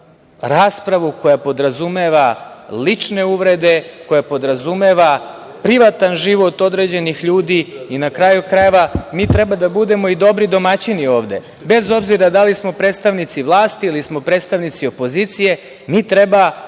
raspravu koja podrazumeva lične uvrede, koja podrazumeva privatan život određenih ljudi i, na kraju krajeva, mi treba da budemo i dobri domaćini ovde. Bez obzira da li smo predstavnici vlasti ili smo predstavnici opozicije, mi treba